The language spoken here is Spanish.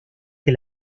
que